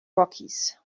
rockies